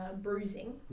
bruising